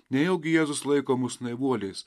nejaugi jėzus laiko mus naivuoliais